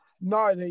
No